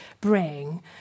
bring